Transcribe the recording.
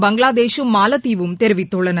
பங்களாதேஷூம் மாலத்தீவும் தெரிவித்துள்ளன